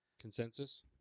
Consensus